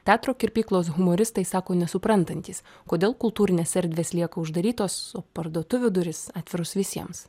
teatro kirpyklos humoristai sako nesuprantantys kodėl kultūrinės erdvės lieka uždarytos parduotuvių durys atviros visiems